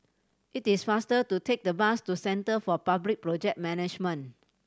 it is faster to take the bus to Centre for Public Project Management